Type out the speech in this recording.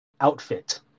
outfit